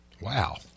Wow